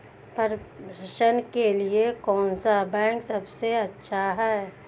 प्रेषण के लिए कौन सा बैंक सबसे अच्छा है?